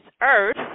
earth